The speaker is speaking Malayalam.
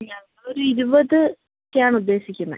ഞങ്ങൾ ഒരു ഇരുപത് ഒക്കെയാണ് ഉദ്ദേശിക്കുന്നത്